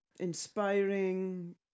inspiring